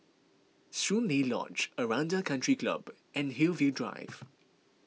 Soon Lee Lodge Aranda Country Club and Hillview Drive